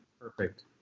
perfect